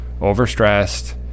overstressed